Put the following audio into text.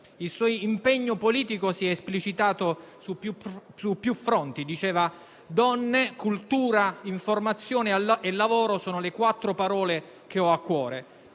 Il suo impegno politico si è esplicitato su più fronti. Diceva infatti: «Donne, cultura, informazione e lavoro sono le quattro parole che ho a cuore»